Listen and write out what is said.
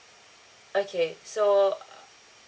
okay so uh